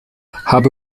habe